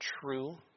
true